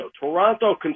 Toronto